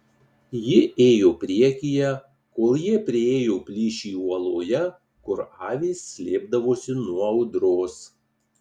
ji ėjo priekyje kol jie priėjo plyšį uoloje kur avys slėpdavosi nuo audros